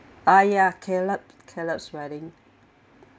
ah ya ya caleb caleb's wedding